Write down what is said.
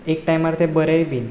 एक टायमार तें बरेंय बीन